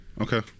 Okay